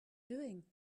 doing